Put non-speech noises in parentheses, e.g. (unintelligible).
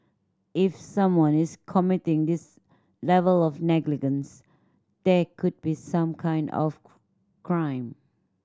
if someone is committing this level of negligence there could be some kind of (unintelligible) crime